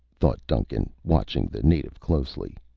thought duncan, watching the native closely.